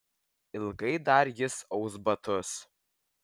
ilgai dar jis aus batus